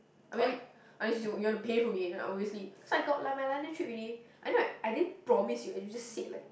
I mean honestly you you want to pay for me then obviously so I got like my London trip already I know like I didn't promise you eh you just said like